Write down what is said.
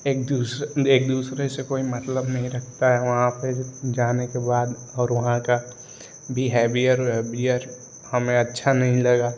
एक दूसरे एक दूसरे से कोई मतलब नहीं रखता है वहाँ पर जाने के बाद और वहाँ का बिहेबियर बियर हमें अच्छा नहीं लगा